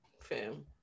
Fam